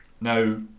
now